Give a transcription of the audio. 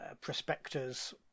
prospectors